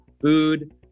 food